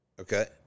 Okay